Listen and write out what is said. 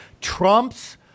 Trump's